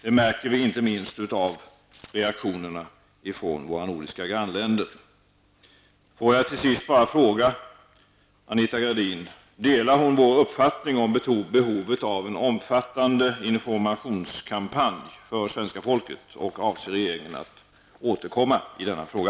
Det märks inte minst av reaktionerna ifrån våra nordiska grannländer. Till sist vill jag bara fråga Anita Gradin om hon delar vår uppfattning om svenska folkets behov av en omfattande informationskampanj. Avser regeringen att återkomma i denna fråga?